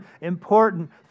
important